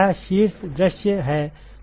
तो यह शीर्ष दृश्य है